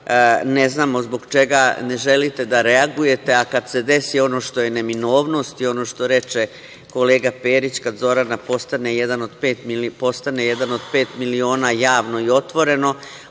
ne znamo zbog čega ne želite da reagujete, a kada se desi ono što je neminovnost i ono što reče kolega Perić, kada Zorana postane "jedan od pet miliona" javno i otvoreno,